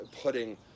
putting